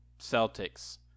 Celtics